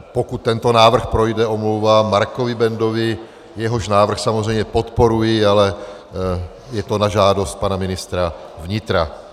Pokud tento návrh projde, tímto se omlouvám Markovi Bendovi, jehož návrh samozřejmě podporuji, ale je to na žádost pana ministra vnitra.